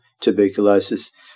tuberculosis